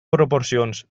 proporcions